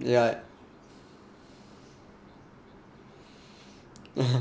yeah (uh huh)